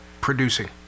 producing